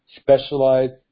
specialized